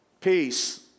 peace